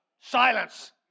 Silence